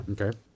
Okay